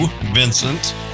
Vincent